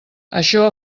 això